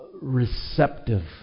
receptive